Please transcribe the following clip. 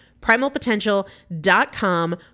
Primalpotential.com